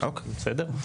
בסדר?